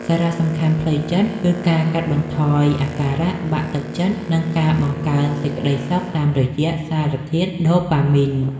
សារៈសំខាន់ផ្លូវចិត្តគឺការកាត់បន្ថយអាការៈបាក់ទឹកចិត្ត និងការបង្កើនសេចក្ដីសុខតាមរយៈសារធាតុដូប៉ាមីន។